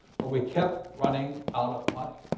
but we kept running out of money.